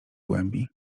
głębi